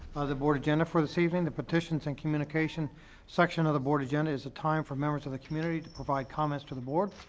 the board agenda for this evening the petitions and communications section of the board agenda is a time for members the community to provide comments to the board.